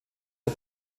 der